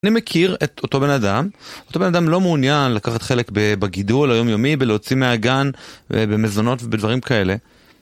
אני מכיר את אותו בן אדם, אותו בן אדם לא מעוניין לקחת חלק בגידול היומיומי, בלהוציא מהגן, במזונות ובדברים כאלה.